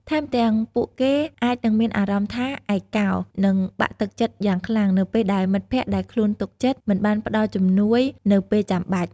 ថែមទាំង ពួកគេអាចនឹងមានអារម្មណ៍ថាឯកោ និងធ្លាក់ទឹកចិត្តយ៉ាងខ្លាំង នៅពេលដែលមិត្តភក្តិដែលខ្លួនទុកចិត្ត មិនបានផ្តល់ជំនួយនៅពេលចាំបាច់។